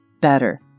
better